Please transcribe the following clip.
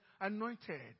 anointed